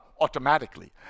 automatically